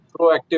proactive